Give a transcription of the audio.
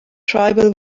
tribal